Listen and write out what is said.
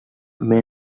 main